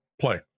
play